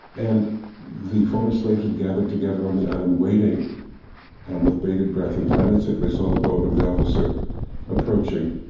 and the former slaves had gathered together on the island waiting with bated breath. and finally, so they saw the boat of the officer approaching.